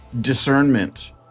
discernment